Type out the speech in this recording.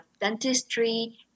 dentistry